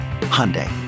Hyundai